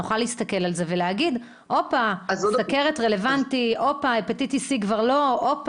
שנוכל להסתכל על זה ולראות מה רלוונטי ומה כבר לא.